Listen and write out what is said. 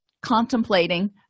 contemplating